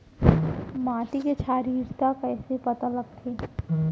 माटी के क्षारीयता कइसे पता लगथे?